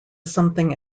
something